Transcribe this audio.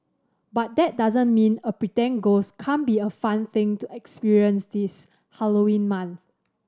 but that doesn't mean a pretend ghost can't be a fun thing to experience this Halloween month